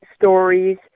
stories